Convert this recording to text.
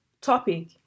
topic